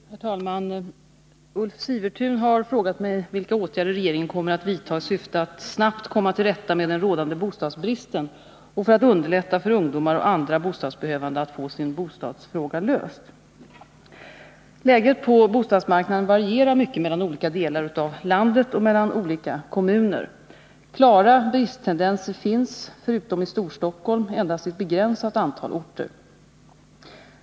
Herr talman! Ulf Sivertun har frågat mig vilka åtgärder regeringen kommer att vidta i syfte att snabbt komma till rätta med den rådande bostadsbristen och underlätta för ungdomar och andra bostadsbehövande att få sin bostadsfråga löst. Läget på bostadsmarknaden varierar mycket mellan olika delar av landet och mellan olika kommuner. Klara bristtendenser finns, förutom i Storstockholm, endast på ett begränsat antal orter.